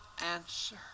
answer